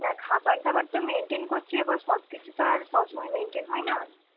না খাবার দাবার তো মেইনটেইন করছি এবার সবকিছু তো আর সবসময় মেইনটেইন হয় না